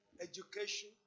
education